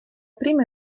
prima